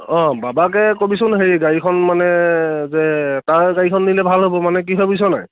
অঁ বাবাকে ক'বিচোন হেৰি গাড়ীখন মানে যে তাৰ গাড়ীখন নিলে ভাল হ'ব মানে কি ভাবিছ নাই